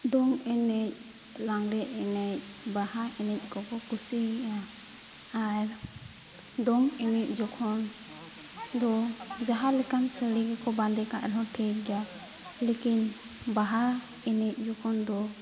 ᱫᱚᱝ ᱮᱱᱮᱡ ᱞᱟᱜᱽᱬᱮ ᱮᱱᱮᱡ ᱵᱟᱦᱟ ᱮᱱᱮᱡ ᱠᱚᱠᱚ ᱠᱩᱥᱤᱭᱟᱜᱼᱟ ᱟᱨ ᱫᱚᱝ ᱮᱱᱮᱡ ᱡᱚᱠᱷᱚᱱ ᱫᱚ ᱡᱟᱦᱟᱸᱞᱮᱠᱟᱱ ᱥᱟᱹᱲᱤ ᱜᱮᱠᱚ ᱵᱟᱸᱫᱮᱠᱟᱜ ᱨᱮᱦᱚᱸ ᱴᱷᱤᱠᱜᱮᱭᱟ ᱞᱮᱠᱤᱱ ᱵᱟᱦᱟ ᱮᱱᱮᱡ ᱡᱚᱠᱷᱚᱱ ᱫᱚ